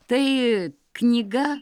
tai knyga